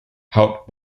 haut